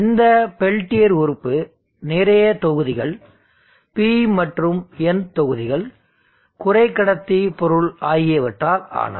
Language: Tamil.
இந்த பெல்டியர் உறுப்பு நிறைய தொகுதிகள் P மற்றும் N தொகுதிகள் குறைக்கடத்தி பொருள் ஆகியவற்றால் ஆனது